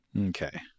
Okay